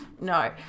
no